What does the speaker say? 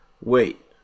wait